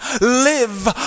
live